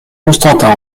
constantin